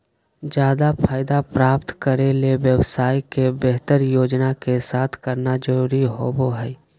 ज्यादा फायदा प्राप्त करे ले व्यवसाय के बेहतर योजना के साथ करना जरुरी होबो हइ